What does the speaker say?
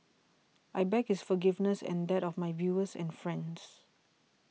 I beg his forgiveness and that of my viewers and friends